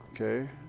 Okay